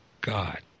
God